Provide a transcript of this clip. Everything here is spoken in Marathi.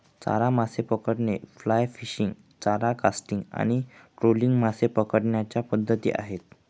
चारा मासे पकडणे, फ्लाय फिशिंग, चारा कास्टिंग आणि ट्रोलिंग मासे पकडण्याच्या पद्धती आहेत